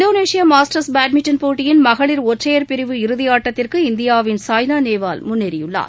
இந்தேனேஷிய Masters badminton போட்டியின் மகளிர் ஒற்றையர் பிரிவு இறுதியாட்டத்திற்கு இந்தியாவின் சாய்னா நேவால் முன்னேறியுள்ளார்